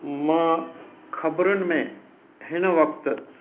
मां ख़बरुनि में हिन वक़्तु